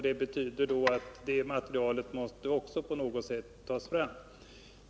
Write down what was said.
Det betyder att även det materialet på något sätt måste tas fram.